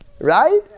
right